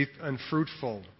unfruitful